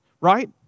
Right